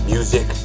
Music